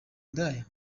ndaya